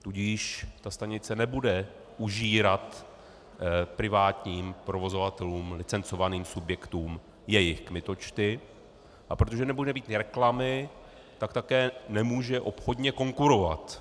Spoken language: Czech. Tudíž ta stanice nebude užírat privátním provozovatelům, licencovaným subjektům jejich kmitočty, a protože nebude mít ani reklamy, tak také nemůže obchodně konkurovat.